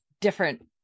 different